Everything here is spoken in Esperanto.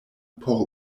por